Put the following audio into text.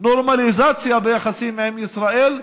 נורמליזציה ביחסים עם ישראל,